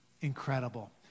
incredible